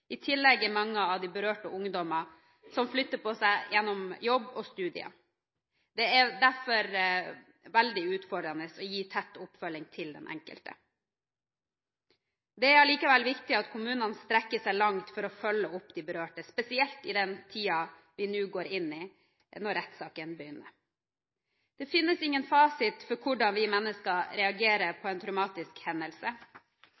I tillegg er det mange av de berørte ungdommene som flytter på seg gjennom jobb og studier. Det er derfor veldig utfordrende å gi tett oppfølging til den enkelte. Det er likevel viktig at kommunene strekker seg langt for å følge opp de berørte, spesielt i den tiden vi nå går inn, når rettssaken begynner. Det finnes ingen fasit for hvordan vi mennesker reagerer